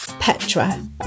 Petra